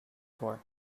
for